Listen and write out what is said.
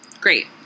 Great